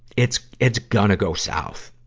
it's, it's gonna go south.